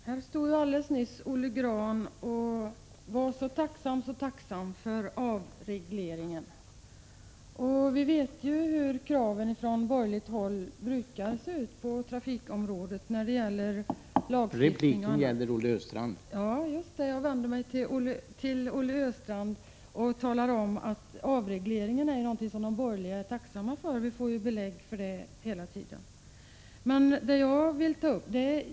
Herr talman! Jag vänder mig just till Olle Östrand och talar om att avregleringen är något som de borgerliga är tacksamma för. Vi får belägg för detta hela tiden.